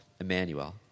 Emmanuel